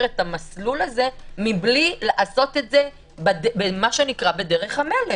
באמת את המסלול הזה בלי לעשות את זה בדרך המלך.